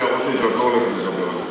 יש לי הרושם שאת לא הולכת לדבר על יוקר המחיה.